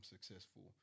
successful